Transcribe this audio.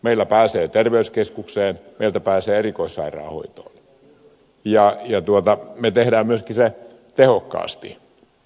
meillä pääsee terveyskeskukseen meillä päässeen erikoissairaanhoitoon ja me teemme sen myöskin tehokkaasti